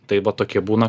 tai va tokie būna